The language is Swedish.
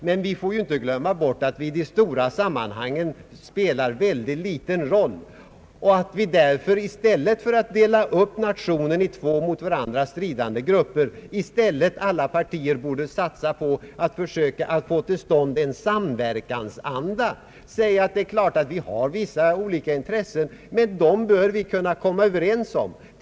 Men vi får inte glömma bort att vi i stora sammanhang spelar en liten roll och att vi därför i stället för att dela upp nationen i två stridande grupper borde satsa på att försöka få till stånd mer av en samverkansanda. Det är klart att vi har vissa olika intressen, men vi bör ändå kunna komma överens om stora saker.